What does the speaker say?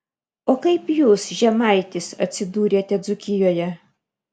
o kaip jūs žemaitis atsidūrėte dzūkijoje